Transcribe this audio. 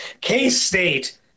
k-state